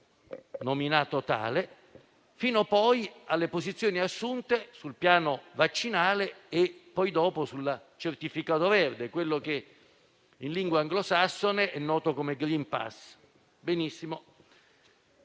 nominato tale - fino alle posizioni assunte sul piano vaccinale e dopo sul certificato verde, quello che in lingua anglosassone è noto come *green pass*.